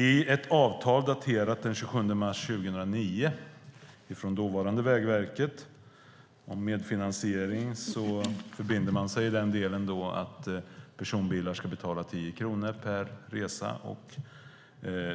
I ett avtal daterat den 27 mars 2009, från dåvarande Vägverket, om medfinansiering förbinder man sig i den delen till att personbilar ska betala 10 kronor per resa och